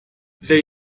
they